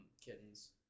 kittens